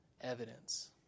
evidence